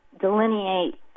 delineate